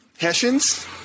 Hessians